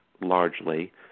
largely